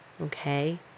Okay